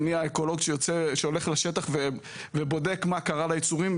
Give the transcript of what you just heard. אני האקולוג שיוצא לשטח ובודק מה קרה ליצורים,